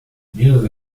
mehrere